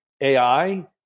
AI